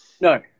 No